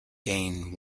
gained